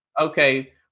Okay